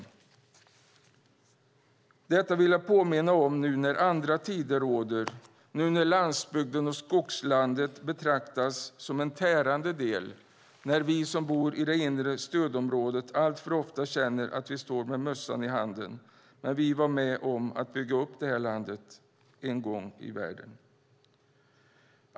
Detta vill jag påminna om nu när andra tider råder, nu när landsbygden och skogslandet betraktas som en tärande del, när vi som bor i det inre stödområdet alltför ofta känner att vi står med mössan i handen - vi som var med om att bygga upp det här landet en gång i världen.